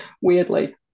weirdly